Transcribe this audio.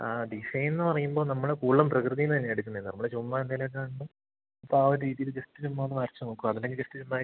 ആ ഡിസൈനെന്ന് പറയുമ്പോൾ നമ്മൾ കൂടുതലും പ്രകൃതിയിൽ നിന്ന് തന്നെയാണ് എടുക്കുന്നത് നമ്മൾ ചുമ്മാ എന്തെങ്കിലുമൊക്ക ഇപ്പം ആ ഒരു രീതിയിൽ ജസ്റ്റ് ചുമ്മാ ഒന്ന് വരച്ചു നോക്കാം അത് അല്ലെങ്കിൽ ജസ്റ്റ് ചുമ്മാ